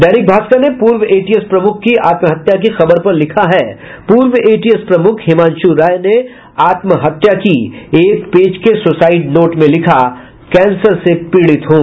दैनिक भास्कर ने पूर्व एटीएस प्रमुख की आत्महत्या की खबर पर लिखा है पूर्व एटीएस प्रमुख हिमांशु राय ने आत्महत्या की एक पेज सुसाइड नोट में लिख कैंसर से पीड़ित हूं